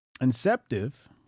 Inceptive